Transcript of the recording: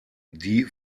die